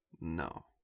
No